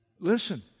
Listen